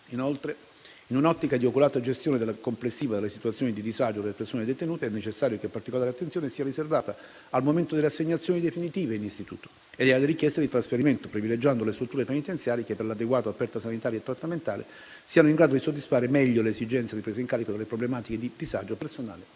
Inoltre, in un'ottica di oculata gestione complessiva delle situazioni di disagio delle persone detenute, è necessario che particolare attenzione sia riservata al momento delle assegnazioni definitive in istituto e alle richieste di trasferimento, privilegiando le strutture penitenziarie che, per l'adeguata offerta sanitaria e trattamentale, siano in grado di soddisfare meglio le esigenze di presa in carico delle problematiche di disagio personale